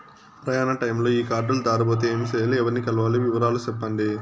ప్రయాణ టైములో ఈ కార్డులు దారబోతే ఏమి సెయ్యాలి? ఎవర్ని కలవాలి? వివరాలు సెప్పండి?